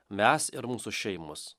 mes ir mūsų šeimos